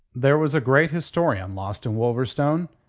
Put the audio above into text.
there was a great historian lost in wolverstone.